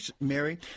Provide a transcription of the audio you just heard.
Mary